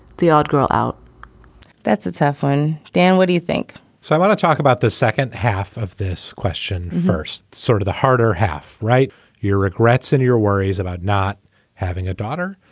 the odd girl out that's a tough one. dan, what do you think? so i want to talk about the second half of this question first. sort of the harder half. write your regrets and your worries about not having a daughter.